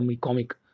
comic